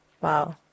Wow